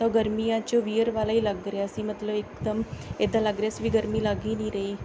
ਤਾਂ ਉਹ ਗਰਮੀਆਂ 'ਚ ਵੀਅਰ ਵਾਲਾ ਹੀ ਲੱਗ ਰਿਹਾ ਸੀ ਮਤਲਬ ਇਕਦਮ ਇੱਦਾਂ ਲੱਗ ਰਿਹਾ ਸੀ ਵੀ ਗਰਮੀ ਲੱਗ ਹੀ ਨਹੀਂ ਰਹੀ